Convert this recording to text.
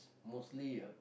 mostly ah